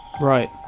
Right